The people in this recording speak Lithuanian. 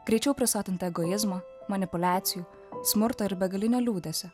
greičiau prisotinta egoizmo manipuliacijų smurto ir begalinio liūdesio